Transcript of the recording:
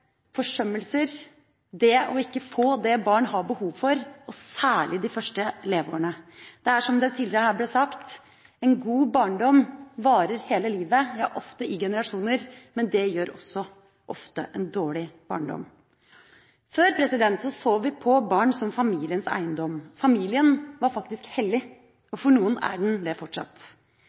forsømmelser – det ikke å få det barn har behov for, og særlig de første leveårene. Det er som det tidligere her ble sagt: En god barndom varer hele livet, ja ofte i generasjoner. Men det gjør også ofte en dårlig barndom. Før så vi på barn som familiens eiendom. Familien var faktisk hellig, og for noen er den det fortsatt.